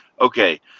okay